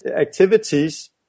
activities